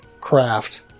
craft